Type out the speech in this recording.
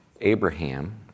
Abraham